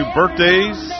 birthdays